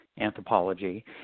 anthropology